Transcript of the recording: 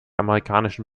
amerikanischen